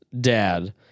dad